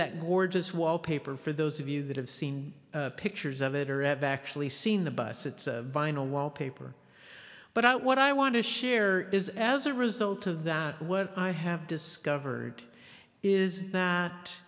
that gorgeous wallpaper for those of you that have seen pictures of it or actually seen the bus it's a vinyl wallpaper but out what i want to share is as a result of that what i have discovered is that